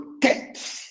protect